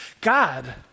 God